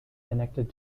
connected